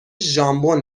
ژامبون